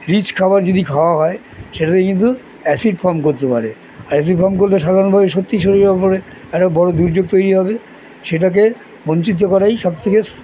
rich খাবার যদি খাওয়া হয় সেটাতে কিন্তু অ্যাসিড ফর্ম করতে পারে আর অ্যাসিড ফর্ম করতে সাধারণ বয়স সত্যিই শরীর ওপরে একটা বড়ো দুর্যোগ তৈরি হবে সেটাকে বঞ্চিত করাই সব থেকে